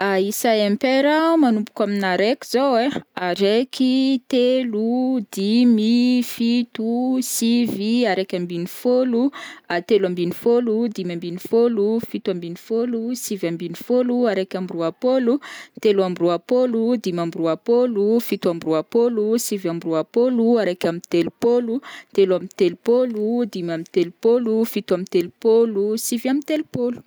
isa impaira manomboka amina araiky zao ai: araiky, telo, dimy, fito, sivy, araiky ambiny fôlo, telo ambiny fôlo, dimy ambiny fôlo, fito ambiny fôlo, sivy ambiny fôlo, araiky amby roa-pôlo, telo amby roa-pôlo, dimy amby roa-pôlo, fito amby roa-pôlo, sivy amby roa-pôlo, araiky amby telopôlo, telo amby telopôlo, dimy amby telopôlo, fito amby telopôlo, sivy amby telopôlo,